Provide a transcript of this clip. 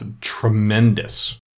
tremendous